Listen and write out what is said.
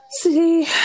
See